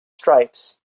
stripes